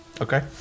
Okay